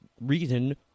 reason